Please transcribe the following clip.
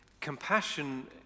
compassion